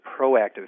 proactive